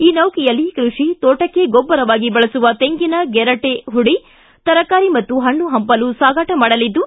ಈ ನೌಕೆಯಲ್ಲಿ ಕೃಷಿ ತೋಟಕ್ಕೆ ಗೊಬ್ಬರವಾಗಿ ಬಳಸುವ ತೆಂಗಿನ ಗೆರಟೆ ಹುಡಿ ತರಕಾರಿ ಮತ್ತು ಹಣ್ಣು ಹಂಪಲು ಸಾಗಾಟ ಮಾಡಲಿದ್ದು